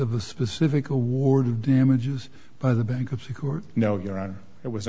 of the specific awarded damages by the bankruptcy court no your on it was